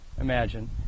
imagine